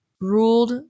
ruled